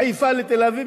מחיפה לתל-אביב,